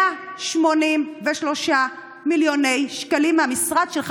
183 מיליון שקלים מהמשרד שלך,